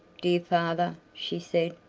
dear father, she said,